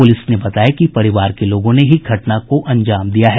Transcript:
police ने बताया कि परिवार के लोगों ने ही घटना को अंजाम दिया है